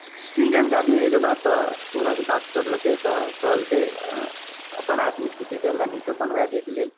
चिन्ह जानके आदमी होइके बाद तऽ ओकरासे बात करलकै तऽ कहलकै अपन आदमी छै ओकरा नीकसे बनबा दैके लेल